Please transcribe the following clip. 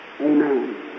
Amen